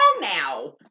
now